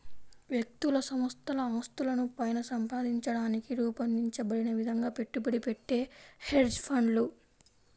వ్యక్తులు సంస్థల ఆస్తులను పైన సంపాదించడానికి రూపొందించబడిన విధంగా పెట్టుబడి పెట్టే హెడ్జ్ ఫండ్లు